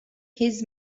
his